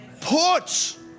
Put